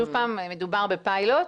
מדובר בפיילוט.